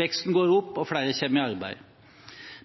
veksten går opp, og flere kommer i arbeid.